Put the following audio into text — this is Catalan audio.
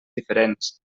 diferents